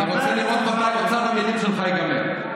אני רוצה לראות מתי אוצר המילים שלך ייגמר.